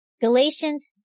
Galatians